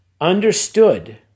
understood